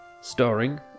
Starring